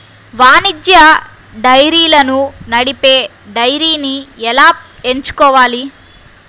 వాణిజ్య డైరీలను నడిపే డైరీని ఎలా ఎంచుకోవాలి?